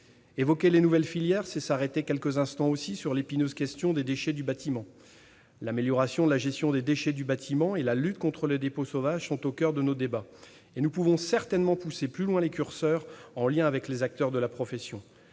Évoquer les nouvelles filières, c'est aussi s'arrêter quelques instants sur l'épineuse question des déchets du bâtiment. L'amélioration de la gestion de ces derniers et la lutte contre les dépôts sauvages sont au coeur de nos débats. Nous pouvons certainement pousser plus loin les curseurs en liaison avec les acteurs de la profession.